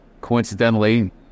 coincidentally